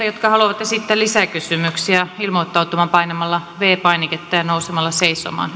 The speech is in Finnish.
jotka haluavat esittää lisäkysymyksiä ilmoittautumaan painamalla viides painiketta ja nousemalla seisomaan